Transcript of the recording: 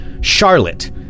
Charlotte